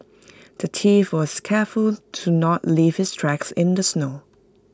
the thief was careful to not leave his tracks in the snow